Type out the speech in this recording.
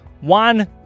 One